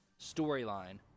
storyline